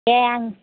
दे आं